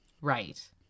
Right